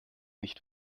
nicht